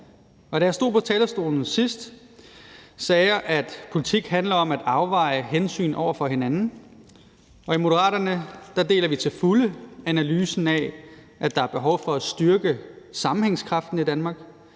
Da jeg stod på talerstolen sidst, sagde jeg, at politik handler om at afveje hensyn over for hinanden, og i Moderaterne deler vi til fulde analysen af, at der er behov for at styrke sammenhængskraften i Danmark;